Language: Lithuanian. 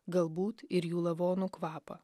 galbūt ir jų lavonų kvapą